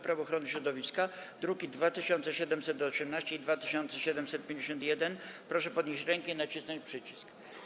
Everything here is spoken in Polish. Prawo ochrony środowiska, druki nr 2718 i 2751, proszę podnieść rękę i nacisnąć przycisk.